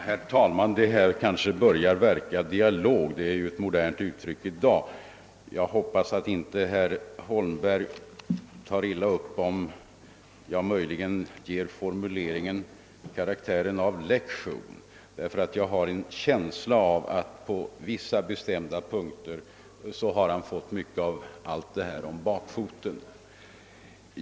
Herr talman! Denna debatt börjar verka dialog — för att använda ett populärt uttryck — och jag hoppas att herr Holmberg inte tar illa upp om jag nu ger mitt anförande en formulering som verkar lektion. Jag gör det i så fall därför att jag har en känsla av att herr Holmberg har fått vissa saker om bakfoten.